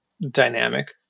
dynamic